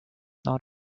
not